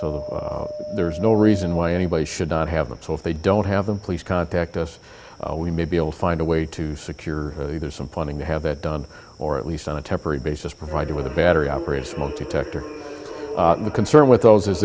so there's no reason why anybody should not have them so if they don't have them please contact us we may be able to find a way to secure there's some funding to have that done or at least on a temporary basis provided with a battery operated smoke detector and the concern with those is